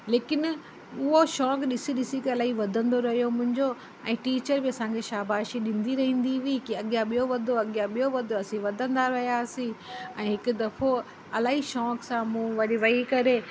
लेकिन उहो शौंक़ु ॾिसी ॾिसी करे इलाही वधंदो रहियो मुंहिंजो ऐं टीचर बि असांखे शाबाशी ॾींदी रहंदी हुई की अॻियां ॿियो वधो ॿियो वधो असीं वधंदा रहियासीं ऐं हिकु दफ़ो़ इलाही शौंक़ु सां वही करे